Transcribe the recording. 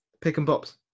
Pick-and-pops